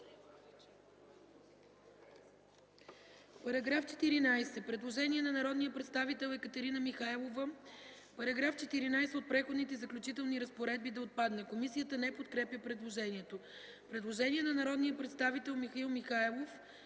По § 15 има предложение на народния представител Екатерина Михайлова –§ 15 от Преходните и заключителните разпоредби да отпадне. Комисията не подкрепя предложението. Предложение на народния представител Михаил Михайлов